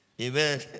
Amen